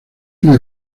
una